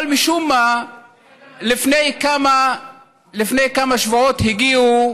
אבל משום מה לפני כמה שבועות הגיעו